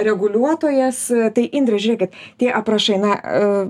reguliuotojas tai indre žiūrėkit tie aprašai na